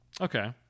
Okay